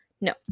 No